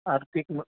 आर्थिक म